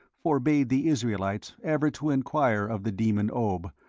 forbade the israelites ever to enquire of the demon, ob,